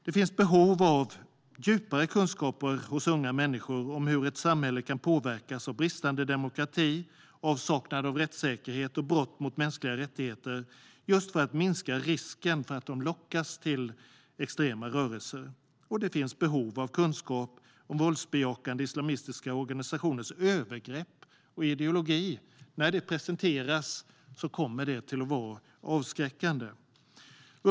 Det finns behov av djupare kunskaper hos unga människor om hur ett samhälle kan påverkas av bristande demokrati, avsaknad av rättssäkerhet och brott mot mänskliga rättigheter, just för att minska risken för att de ska lockas att ansluta sig till extrema rörelser. Det finns behov av kunskap om våldsbejakande islamistiska organisationers övergrepp och ideologi. När sådana kunskaper presenteras kommer de att vara avskräckande.